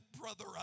brother